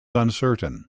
uncertain